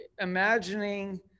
imagining